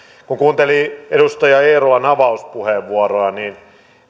kun kuunteli edustaja eerolan avauspuheenvuoroa niin